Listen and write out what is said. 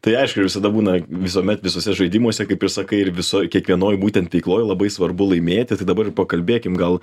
tai aišku visada būna visuomet visuose žaidimuose kaip ir sakai ir visoj kiekvienoj būtent veikloj labai svarbu laimėti tai dabar ir pakalbėkim gal